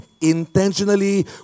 intentionally